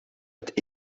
het